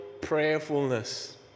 prayerfulness